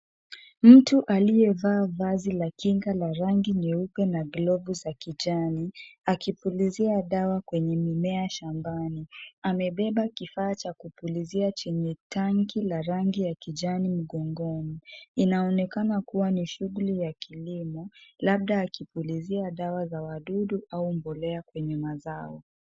Mtu aliye vaa vazi la kinga la rangi nyeupe na glavu za kijani, akipulizia dawa kwenye mimea shambani. Amebeba kifaa cha kupulizia chenye tangi la rangi kijani mgongoni. Inaonekana kuwa ni shughuli ya kilimo, labda akipulizia dawa za wadudu au mbolea kwenye mazao.